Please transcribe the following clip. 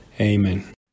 Amen